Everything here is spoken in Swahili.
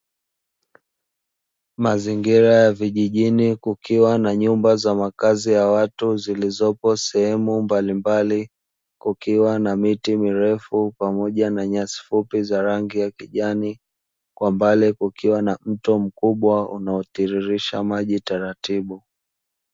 Mazingira ya vijijini, kukiwa na nyumba za makazi ya watu zilizopo sehemu mbalimbali, kukiwa na miti mirefu pamoja na nyasi fupi za rangi ya kijani, kwa mbali kukiwa na mto mkubwa unaotiririsha maji taratibu.